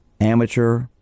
amateur